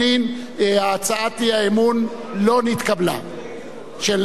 הצעת האי-אמון של סיעת בל"ד לא נתקבלה.